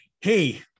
hey